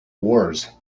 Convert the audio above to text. wars